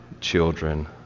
children